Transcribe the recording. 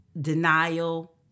denial